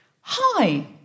Hi